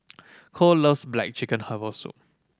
Cole loves black chicken herbal soup